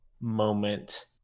moment